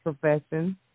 profession